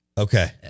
Okay